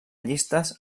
llistes